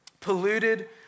polluted